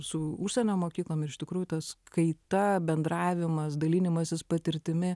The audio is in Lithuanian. su užsienio mokyklom ir iš tikrųjų tas kaita bendravimas dalinimasis patirtimi